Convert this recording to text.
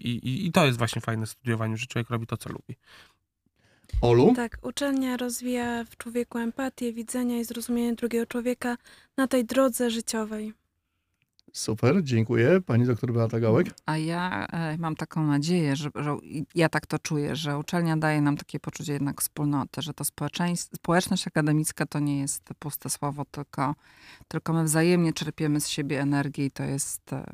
I- i- i to jest właśnie fajne w studiowaniu, że człowiek robi to, co lubi. Olu? Tak, uczelnia rozwija w człowieku empatię, widzenia i zrozumienie drugiego człowieka na tej drodze życiowej. Super, dziękuję. Pani doktor Beata Gałek? A ja, e, mam taką nadzieję, że- że u- i- ja tak to czuję, że uczelnia daje nam takie poczucie jednak wspólnoty, że to społeczeństw- społeczność akademicka to nie jest puste słowo, tylko- tylko my wzajemnie czerpiemy z siebie energię i to jest, e,